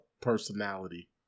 personality